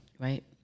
right